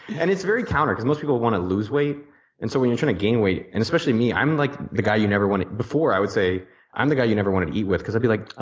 and it's very counter because most people want to lose weight and so when you're trying to gain weight and especially me i'm like the guy you never wanted before i would say i'm the guy you never wanted to eat with, because i'd be like,